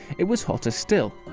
it was hotter still,